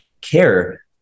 care